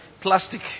Plastic